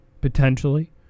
potentially